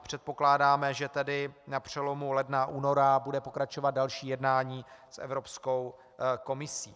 Předpokládáme tedy, že na přelomu ledna února bude pokračovat další jednání s Evropskou komisí.